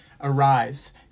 arise